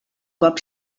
cop